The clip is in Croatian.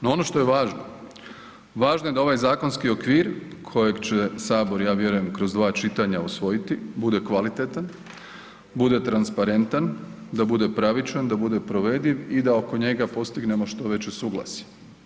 No ono što je važno, važno je da ovaj zakonski okvir kojeg će Sabor, ja vjerujem kroz dva čitanja usvojiti, bude kvalitetan, bude transparentan, da bude pravičan, da bude provediv i da oko njega postignemo što veće suglasje.